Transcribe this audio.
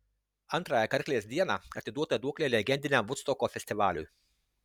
antrąją karklės dieną atiduota duoklė legendiniam vudstoko festivaliui